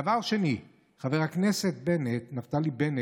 דבר שני, חבר הכנסת נפתלי בנט,